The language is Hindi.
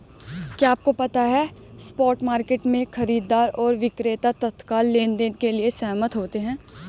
क्या आपको पता है स्पॉट मार्केट में, खरीदार और विक्रेता तत्काल लेनदेन के लिए सहमत होते हैं?